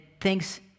thinks